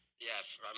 Yes